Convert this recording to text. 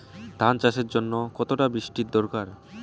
ধান চাষের জন্য কতটা বৃষ্টির দরকার?